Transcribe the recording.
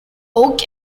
oak